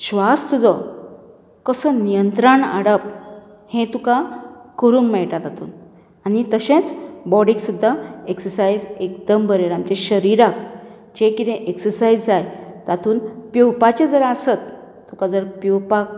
श्वास तुजो कसो नियंत्रण हाडप हें तुका करूंक मेळटा तातूंत आनी तशेंच बॉडीक सुद्दां एक्सर्सायज एकदम बरें आमच्या शरिराक जे कितें एक्सर्सायज जाय तातूंत पेंवपाचें जर आसत तुका जर पेंवपाक